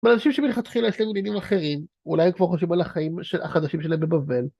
אבל אנשים שמלכתחילה יש להם עניינים אחרים, אולי הם כבר חושבים על החיים החדשים שלהם בבבל.